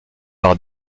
par